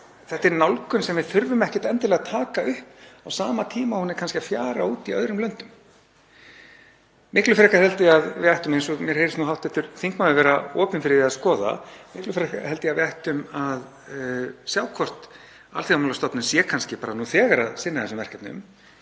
Þetta er nálgun sem við þurfum ekkert endilega að taka upp á sama tíma og hún er kannski að fjara út í öðrum löndum. Miklu frekar held ég að við ættum, eins og mér heyrist nú hv. þingmaður vera opinn fyrir því að skoða, að sjá hvort Alþjóðamálastofnun sé kannski bara nú þegar að sinna þessum verkefnum